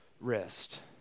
rest